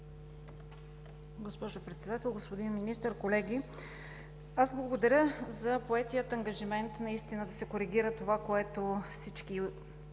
Госпожо Председател, господин Министър, колеги! Благодаря за поетия ангажимент да се коригира това, което всички